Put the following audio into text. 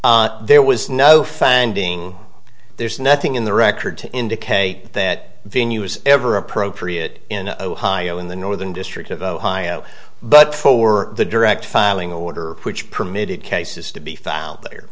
said there was no finding there's nothing in the record to indicate that venue was ever appropriate in ohio in the northern district of ohio but for the direct filing order which permitted cases to be found